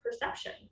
perception